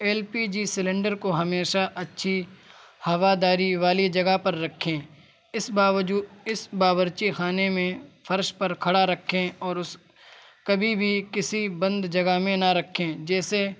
L P G cylinder کو ہمیشہ اچھی ہواداری والی جگہ پر رکھیں اس اس باورچی خانے میں فرش پر کھڑا رکھیں اور اس کبھی بھی کسی بند جگہ میں نہ رکھیں جیسے